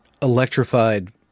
electrified